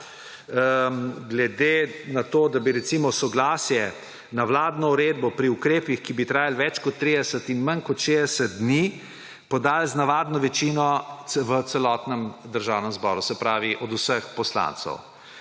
glede na to, da bi recimo soglasje na vladno uredbo pri ukrepih, ki bi trajali več kot 30 in manj kot 60 dni, podali z navadno večino v celotnem državnem zboru, se pravi od vseh poslancev.